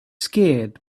scared